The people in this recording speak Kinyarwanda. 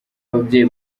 ababyeyi